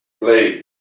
play